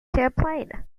champlain